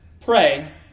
pray